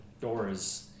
doors